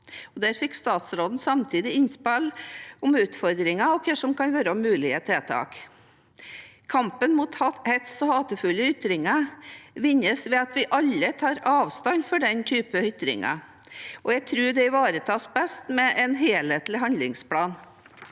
Der fikk statsråden samtidig innspill om utfordringer og hva som kan være mulige tiltak. Kampen mot hets og hatefulle ytringer vinnes ved at vi alle tar avstand fra den typen ytringer. Jeg tror det ivaretas best med en helhetlig handlingsplan.